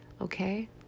okay